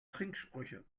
trinksprüche